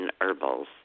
Herbals